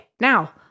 now